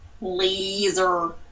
Laser